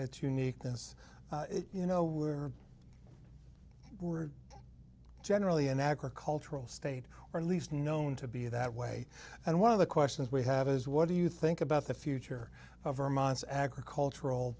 that uniqueness you know were we're generally an agricultural state or least known to be that way and one of the questions we have is what do you think about the future of vermont's agricultural